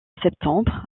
septembre